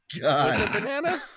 God